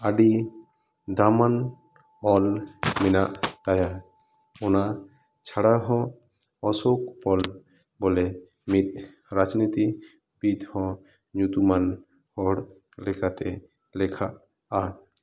ᱟᱹᱰᱤ ᱫᱟᱢᱟᱱ ᱚᱞ ᱢᱮᱱᱟᱜ ᱛᱟᱭᱟ ᱚᱱᱟ ᱪᱷᱟᱲᱟ ᱦᱚ ᱚᱥᱳᱠᱯᱟᱞ ᱵᱚᱞᱮ ᱢᱤᱫ ᱨᱟᱡᱽᱱᱤᱛᱤ ᱵᱤᱫᱦᱚᱸ ᱧᱩᱛᱩᱢᱟᱱ ᱦᱚᱲ ᱞᱮᱠᱟᱛᱮ ᱞᱮᱠᱷᱟᱼᱟ